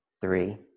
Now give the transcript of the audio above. three